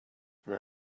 where